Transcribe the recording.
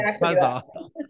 puzzle